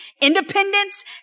independence